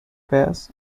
bears